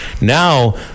Now